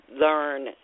learn